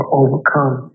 overcome